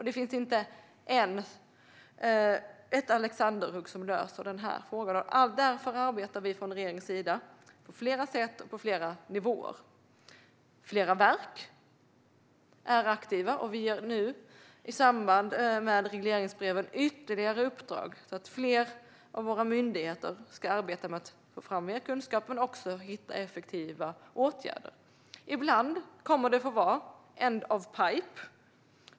Det finns inte ett alexanderhugg som löser den här frågan, och därför arbetar vi från regeringens sida på flera sätt och på flera nivåer. Flera verk är aktiva, och vi ger nu, i samband med regleringsbreven, ytterligare uppdrag så att fler av våra myndigheter ska arbeta med att få fram mer kunskap och också hitta effektiva åtgärder. Ibland kommer det att få vara end-of-pipe.